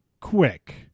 quick